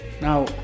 Now